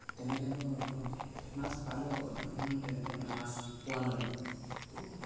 তেনেকেটো ধৰক মাছ পালেও ইমান তেনেকে মানে মাছ পোৱা নাযায় ত'